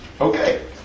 Okay